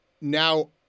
Now